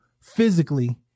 physically